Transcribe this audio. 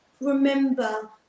remember